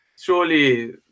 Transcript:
surely